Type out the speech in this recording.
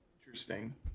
Interesting